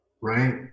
right